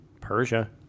Persia